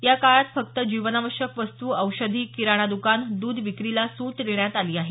या काळात फक्त जीवनावश्यक वस्तु औषधी किराणा द्कान द्ध विक्रीला सूट देण्यात आली आहे